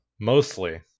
mostly